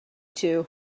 two